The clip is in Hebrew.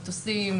מטוסים,